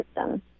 system